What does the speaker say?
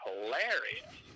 hilarious